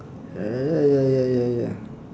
uh ya ya ya ya